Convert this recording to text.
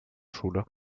schule